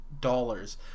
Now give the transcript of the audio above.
dollars